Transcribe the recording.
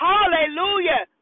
Hallelujah